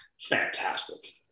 Fantastic